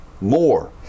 more